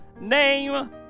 name